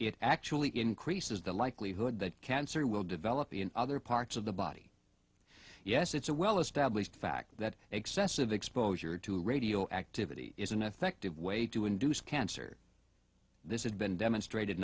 it actually increases the likelihood that cancer will develop in other parts of the body yes it's a well established fact that excessive exposure to radioactivity is an effective way to induce cancer this has been demonstrated